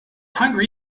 hungry